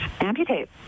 amputate